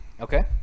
Okay